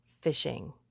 fishing